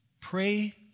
pray